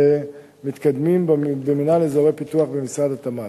מתקדמים במינהל לאזורי פיתוח במשרד התמ"ת.